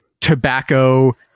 tobacco